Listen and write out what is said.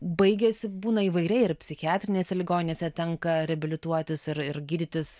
baigiasi būna įvairiai ir psichiatrinėse ligoninėse tenka reabilituotis ir ir gydytis